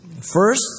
First